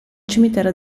cimitero